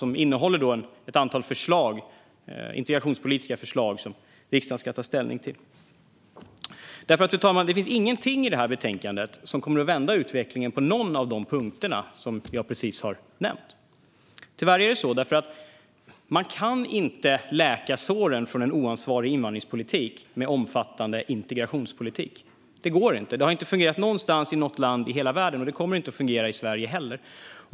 Det innehåller ett antal integrationspolitiska förslag som riksdagen ska ta ställning till. Fru talman! Det finns ingenting i betänkandet som kommer att vända utvecklingen på någon av de punkter som jag precis har nämnt. Det är tyvärr på det sättet. Man kan inte läka såren efter en oansvarig invandringspolitik med omfattande integrationspolitik. Det går inte. Det har inte fungerat någonstans i något land i hela världen. Det kommer inte att fungera i Sverige heller.